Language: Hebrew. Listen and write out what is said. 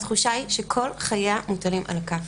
שהתחושה היא שכל חייה מוטלים על הכף.